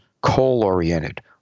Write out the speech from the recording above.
coal-oriented